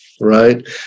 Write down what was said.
right